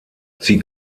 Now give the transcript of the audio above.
sie